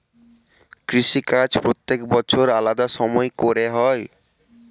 কৃষিকাজ প্রত্যেক বছর আলাদা সময় করে হয়